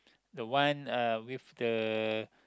the one uh with the